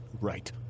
right